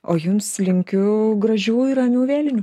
o jums linkiu gražių ir ramių vėlinių